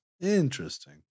Interesting